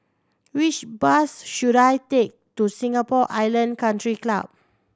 which bus should I take to Singapore Island Country Club